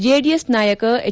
JDS ನಾಯಕ H